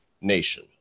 Nation